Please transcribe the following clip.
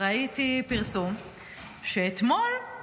ראיתי פרסום שאתמול,